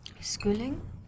Schooling